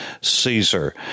Caesar